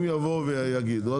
אם יבואו ויגידו,